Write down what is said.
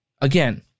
Again